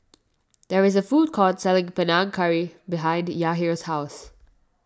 there is a food court selling Panang Curry behind Yahir's house